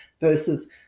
versus